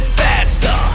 faster